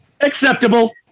Acceptable